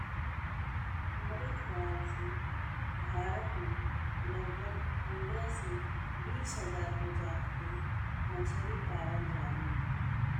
हमरे खयाल से भारत में लगभग पंद्रह से बीस हजार प्रजाति के मछरी पावल जालिन।